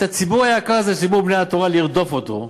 את הציבור היקר הזה, ציבור בני התורה, לרדוף אותו,